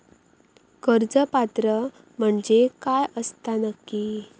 कर्ज पात्र म्हणजे काय असता नक्की?